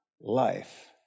life